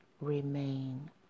remain